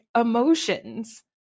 emotions